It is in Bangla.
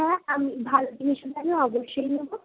হ্যাঁ আমি ভালো জিনিস হলে আমি অবশ্যই নেবো